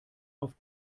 auf